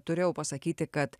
turėjau pasakyti kad